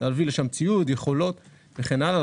להביא לשם ציוד ויכולות וכן הלאה.